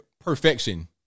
perfection